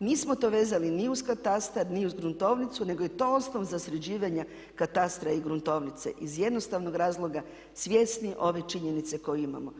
Nismo to vezali ni uz katastar, ni uz gruntovnicu nego je to osnov za sređivanje katastra i gruntovnice iz jednostavnog razloga svjesni ove činjenice koju imamo.